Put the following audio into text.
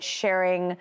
sharing